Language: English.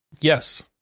yes